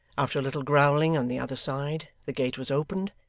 after a little growling on the other side, the gate was opened,